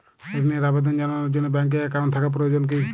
ঋণের আবেদন জানানোর জন্য ব্যাঙ্কে অ্যাকাউন্ট থাকা প্রয়োজন কী?